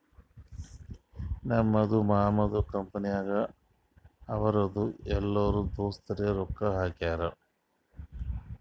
ನಮ್ದು ಮಾಮದು ಕಂಪನಿನಾಗ್ ಅವ್ರದು ಎಲ್ಲರೂ ದೋಸ್ತರೆ ರೊಕ್ಕಾ ಹಾಕ್ಯಾರ್